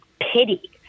pity